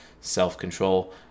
self-control